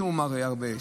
שהוא מראה הרבה,